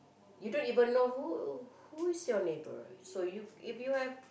you don't even know who who is your neighbour so you if you have